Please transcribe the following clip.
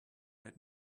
let